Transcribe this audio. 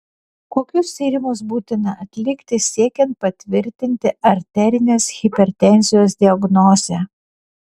kokius tyrimus būtina atlikti siekiant patvirtinti arterinės hipertenzijos diagnozę